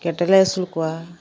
ᱜᱮᱰᱮᱞᱮ ᱟᱹᱥᱩᱞ ᱠᱚᱣᱟ